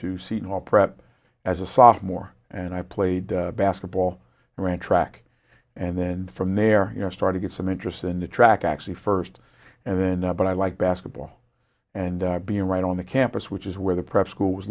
to seton hall prep as a sophomore and i played basketball ran track and then from there you know start to get some interest in the track actually first and then but i like basketball and being right on the campus which is where the prep school was